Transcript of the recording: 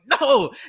No